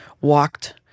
walked